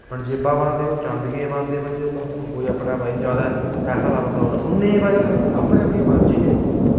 पंजेबां पादें ओह् चांदियै दियां पांदे हून कोई अपने भाई ज्यादा पैसे आह्ला बंदा होग तां सुन्ने दी बी पाई सकदा अपनी अपनी मर्जी ऐ